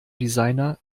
designer